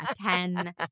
ten